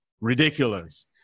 Ridiculous